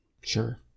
Sure